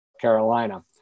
Carolina